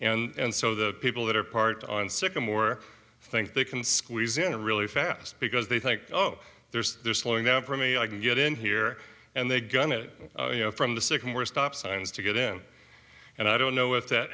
now and so the people that are part on sycamore think they can squeeze in a really fast because they think oh there's they're slowing down for me i can get in here and they got to you know from the sycamore stop signs to get in and i don't know if that